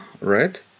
right